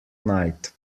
night